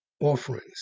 offerings